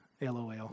LOL